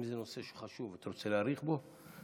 אם זה נושא שחשוב ואתה רוצה להאריך בו,